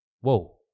whoa